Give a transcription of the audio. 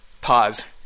Pause